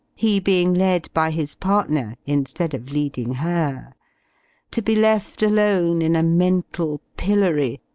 he being led by his partner, instead of leading her to be left, alone, in a mental pillory,